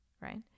right